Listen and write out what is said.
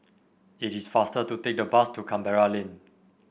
it is faster to take the bus to Canberra Lane